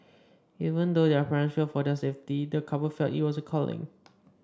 even though their parents feared for their safety the couple felt it was a calling